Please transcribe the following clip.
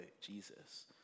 Jesus